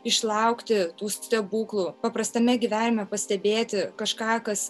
išlaukti tų stebuklų paprastame gyvenime pastebėti kažką kas